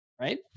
right